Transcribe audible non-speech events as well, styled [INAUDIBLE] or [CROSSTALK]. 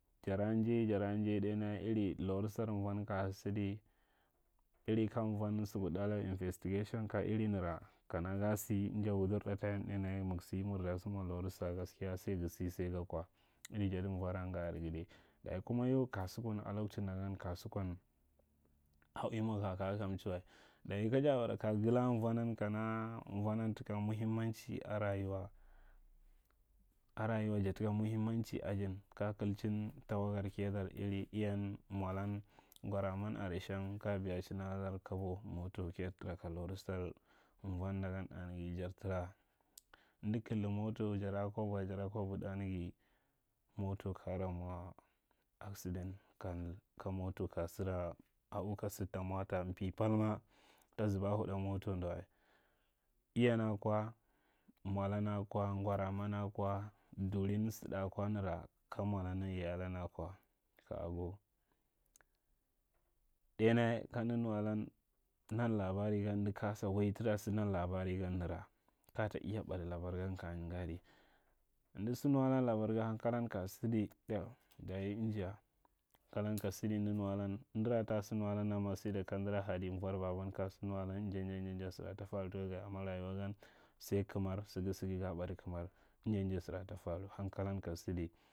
Jara njai jara njai ɗainga iri losurar vwan ka sadi iri ka vwan sukudalan investigation ka iri nara kana ga sa inja wudirɗa tayimari ɗainya mig sa murta mwa lorusa gaskiya sai gasa, sai ga kwa, [NOISE] iri jada vwara nga. Are ga dai. Dayi kuma yau kasukun lokachinda gan kasukan a ui mwa ga kaya kamchi wa, dayi kaja kaya gala a vwannan kana vwanan taka muhimmanchi a rayuwa. A rayuwa jataka muhimimmanchi ajin, kaya kilchin tawayar kiyadar, iri iyan, mwwan, ngwaraman are shan kaya biyachin aladar kabor moto, kayar tara ka lobusar vwan da gan. Anyi dar tara [NOISE] amda kaidi moto jara kwa bua jara kwabua ɗa naga moto ka ra mwa accident, kai, ka moto ka saa, a’u ka sadi ta mota, mpi palma ta zuba a huɗa moto ndan wa iyan akwa, mwalan akwa ngwaraman akwa, durin saɗa ukwa, nara ka nunadan yayai alan akwa, ka agi. Dai nya kanda nuwalan, nan labara gan, amda kasa wai tata nau labara nara kata iya ɓadi labar gan kaya ngadi. amda sa nuwalan labarga hankalan ka sada dab! Dayi anja hankalan ka sada nuwalan, amdara ta sa nuwalan ma sai da kamdaara hadi vwar baban ka sa nuwalan anja aɗnja anja anja, sara ta fara taka ga, amma rayuwa gan sai kamar. diga anja sara ta faru hankalna ka sadi.